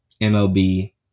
MLB